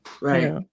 right